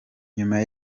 nyuma